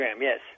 yes